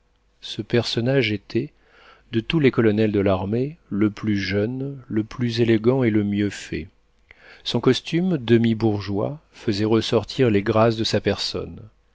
ce personnage était de tous les colonels de l'armée le plus jeune le plus élégant et le mieux fait son costume demi-bourgeois faisait ressortir les grâces de sa personne